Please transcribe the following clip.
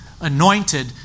anointed